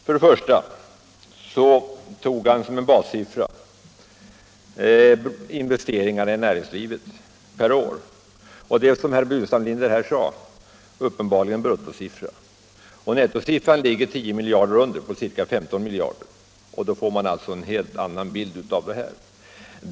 Som bassiffra tog han investeringarna i näringslivet i år och det är, som herr Burenstam Linder sade, uppenbarligen bruttosiffran han nämner. Nettosiffran ligger 10 miljarder kronor lägre och uppgår till ca 15 miljarder kronor. Det ger en helt annan bild av läget.